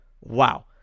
wow